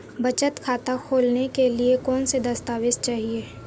बचत खाता खोलने के लिए कौनसे दस्तावेज़ चाहिए?